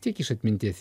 tiek iš atminties